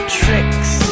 tricks